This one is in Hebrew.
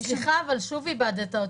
סליחה, אבל שוב איבדת אותי.